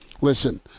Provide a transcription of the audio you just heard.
listen